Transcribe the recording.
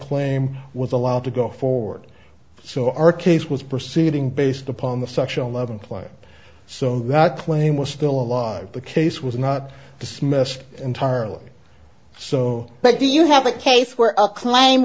claim was allowed to go forward so our case was proceeding based upon the such eleven play so that plame was still alive the case was not dismissed entirely so but do you have a case where a claim